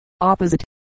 Opposite